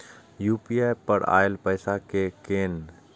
UPI पर आएल पैसा कै कैन?